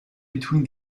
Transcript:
between